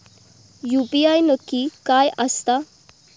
UPI नक्की काय आसता?